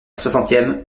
soixantième